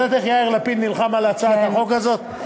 אתה יודע איך יאיר לפיד נלחם על הצעת החוק הזאת,